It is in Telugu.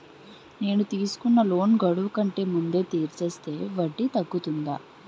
నేను తీసుకున్న లోన్ గడువు కంటే ముందే తీర్చేస్తే వడ్డీ తగ్గుతుందా?